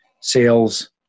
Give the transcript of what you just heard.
sales